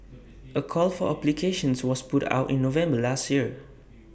A call for applications was put out in November last year